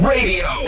Radio